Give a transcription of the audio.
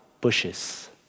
bushes